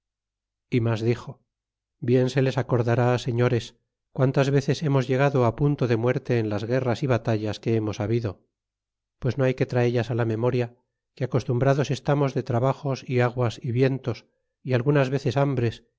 y mas dixo bien se les acordará señores quantas veces hemos llegado punto de muerte en las guerras y batallas que hemos habido pues no hay que traellas la memoria que acostumbrados estamos de trabajos y aguas y vientos y algunas veces hambres